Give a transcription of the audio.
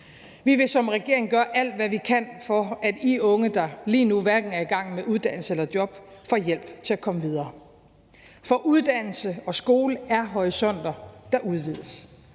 Vi vil som regering gøre alt, hvad vi kan, for, at I unge, der lige nu hverken er i gang med uddannelse eller har job, får hjælp til at komme videre. For uddannelse og skole udvider horisonter. Det er